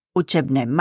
učebné